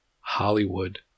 Hollywood